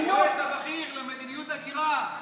היועץ הבכיר למדיניות הגירה.